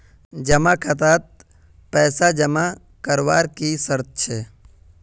जमा खातात पैसा जमा करवार की शर्त छे?